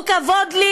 הוא כבוד לי,